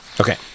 okay